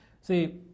See